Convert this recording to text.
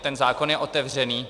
Ten zákon je otevřený.